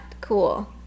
cool